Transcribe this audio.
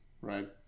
right